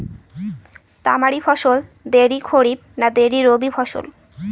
তামারি ফসল দেরী খরিফ না দেরী রবি ফসল?